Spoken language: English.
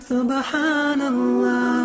Subhanallah